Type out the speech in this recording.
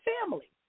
family